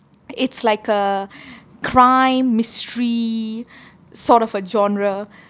it's like a crime mystery sort of a genre